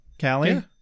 Callie